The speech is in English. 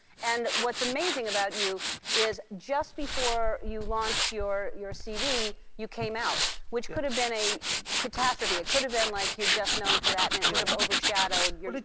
and what's amazing about you is, just before you launched your your cd, you came out, which could have been a catastrophe. it could have been like you're just known for that, and it would have overshadowed well, like